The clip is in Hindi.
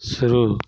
शुरू